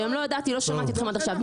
לא ידעתי, לא שמעתי אתכם עד עכשיו.